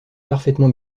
parfaitement